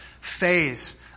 phase